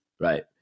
right